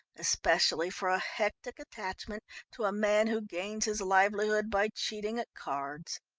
especially for a hectic attachment to a man who gains his livelihood by cheating at cards.